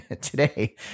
today